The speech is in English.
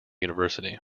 university